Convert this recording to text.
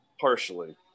partially